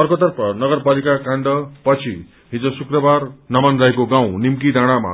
अर्कोतर्फ नगरपालिका काण्ड पछि हिज शुक्रबार नमन राईको गाँउ निम्की डाँड़ामा